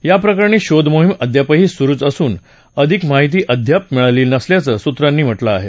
याप्रकरणी शोध मोहीम अद्यापही सुरुच असून अधिक माहिती अद्याप मिळाली नसल्याचं सुत्रांनी म्हटलं आहे